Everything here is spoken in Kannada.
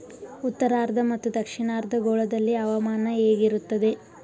ಉತ್ತರಾರ್ಧ ಮತ್ತು ದಕ್ಷಿಣಾರ್ಧ ಗೋಳದಲ್ಲಿ ಹವಾಮಾನ ಹೇಗಿರುತ್ತದೆ?